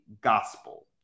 gospel